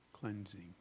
cleansing